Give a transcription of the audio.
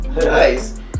nice